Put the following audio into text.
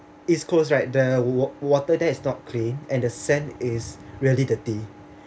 east coast right the wa~ water there is not clean and sand is really dirty